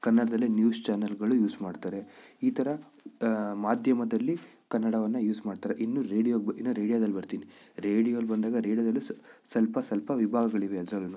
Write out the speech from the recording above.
ಕನ್ನಡದಲ್ಲೇ ನ್ಯೂಸ್ ಚಾನಲ್ಗಳು ಯೂಸ್ ಮಾಡ್ತಾರೆ ಈ ಥರ ಮಾಧ್ಯಮದಲ್ಲಿ ಕನ್ನಡವನ್ನು ಯೂಸ್ ಮಾಡ್ತಾರೆ ಇನ್ನು ರೇಡಿಯೋಗೆ ಬ್ ಇನ್ನು ರೇಡಿಯೋದಲ್ಲಿ ಬರ್ತೀನಿ ರೇಡಿಯೋಲಿ ಬಂದಾಗ ರೇಡಿಯೋದಲ್ಲೂ ಸ್ವಲ್ಪ ಸ್ವಲ್ಪ ವಿಭಾಗಗಳಿವೆ ಅದ್ರಲ್ಲೂ